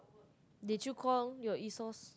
did you call your Asos